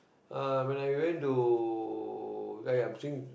ah when I went to like I'm saying